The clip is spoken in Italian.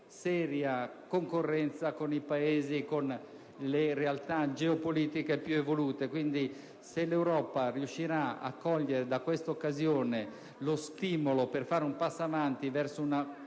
seria concorrenza con i Paesi e con le realtà geopolitiche più evolute. Quindi, se l'Europa riuscirà a cogliere da questa occasione lo stimolo per fare un passo avanti verso il